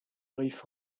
rief